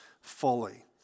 fully